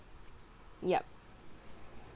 yup